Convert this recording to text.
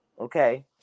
okay